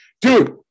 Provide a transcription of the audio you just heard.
dude